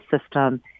system